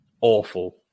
awful